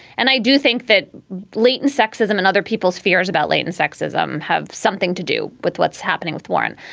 and i do think that latent sexism and other people's fears about latent sexism have something to do with what's happening with warren.